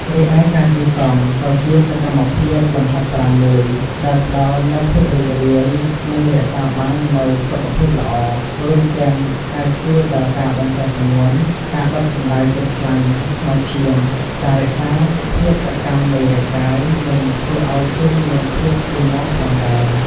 រីឯការជិះកង់ ក៏ជាសកម្មភាពលំហាត់ប្រាណមួយ ដែលផ្តល់នូវភាពរីករាយ និងរក្សាបាននូវសុខភាពល្អ រួមទាំងអាចជួយដល់ការបញ្ចុះទម្ងន់ ការដុតកម្តៅជាតិខ្លាញ់ក្នុងឈាម ការរក្សាភាពសកម្មនៃរាងកាយ និងធ្វើឱ្យជើងមានភាពរឹងមាំផងដែរ។